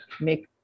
make